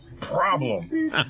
problem